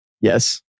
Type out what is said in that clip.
Yes